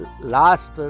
last